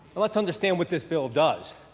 and let's understand what this bill does.